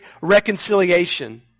reconciliation